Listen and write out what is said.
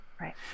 right